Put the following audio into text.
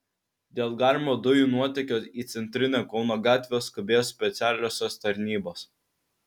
dėl galimo dujų nuotėkio į centrinę kauno gatvę skubėjo specialiosios tarnybos